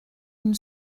une